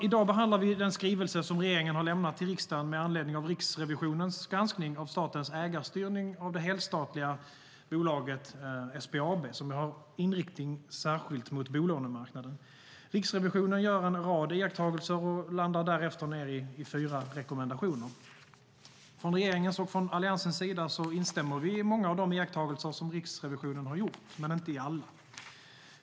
I dag behandlar vi den skrivelse som regeringen har lämnat till riksdagen med anledning av Riksrevisionens granskning av statens ägarstyrning av det helstatliga bolaget SBAB, som har en inriktning särskilt mot bolånemarknaden. Riksrevisionen gör en rad iakttagelser och landar därefter i fyra rekommendationer. Från regeringens och Alliansens sida instämmer vi i många av de iakttagelser som Riksrevisionen har gjort men inte i alla.